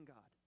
God